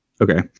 Okay